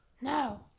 No